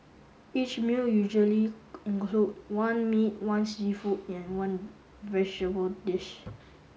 each meal usually include one meat one seafood and one vegetable dish